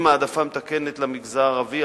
עם העדפה מתקנת למגזר הערבי,